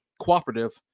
cooperative